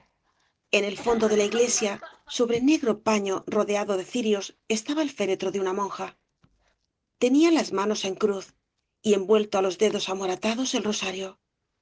en el fondo de la iglesia sobre negro paño rodeado de cirios estaba el féretro de una monja tenía las manos en cruz y envuelto á los dedos amoratados el rosario